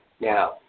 Now